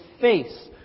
face